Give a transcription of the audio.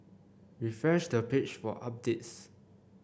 refresh the page for updates